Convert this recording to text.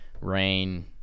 rain